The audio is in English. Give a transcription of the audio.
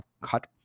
cut